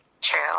True